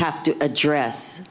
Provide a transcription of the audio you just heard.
have to address